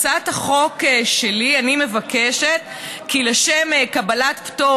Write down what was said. בהצעת החוק שלי אני מבקשת כי קבלת פטור